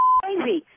crazy